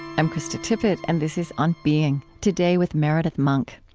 i'm krista tippett, and this is on being. today, with meredith monk.